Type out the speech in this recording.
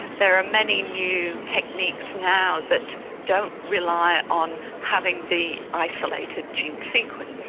there are many new techniques now that don't rely on having the isolated gene sequence.